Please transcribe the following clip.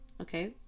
Okay